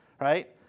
right